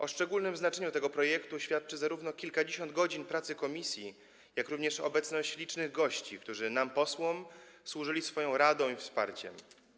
O szczególnym znaczeniu tego projektu świadczy zarówno kilkadziesiąt godzin pracy komisji, jak również obecność licznych gości, którzy nam, posłom, służyli swoją radą i wsparciem.